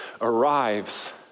arrives